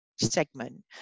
segment